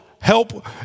help